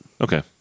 Okay